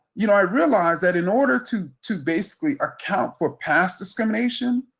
you know, i realized that in order to to basically account for past discrimination,